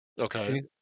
Okay